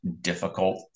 difficult